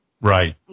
Right